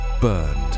burned